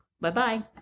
Bye-bye